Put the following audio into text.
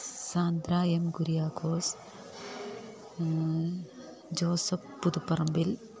Sandra M Kuriakose Joseph Puthuparambil